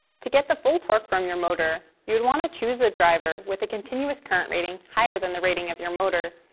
to get the full torque from your motor, you would want to choose a driver with a continuous current rating higher than the rating of your motor,